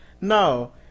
no